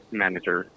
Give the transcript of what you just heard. manager